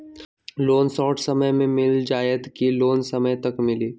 Loan short समय मे मिल जाएत कि लोन समय तक मिली?